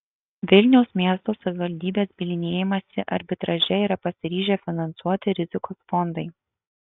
vilniaus miesto savivaldybės bylinėjimąsi arbitraže yra pasiryžę finansuoti rizikos fondai